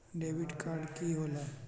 Debit card की होला?